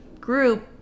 group